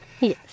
yes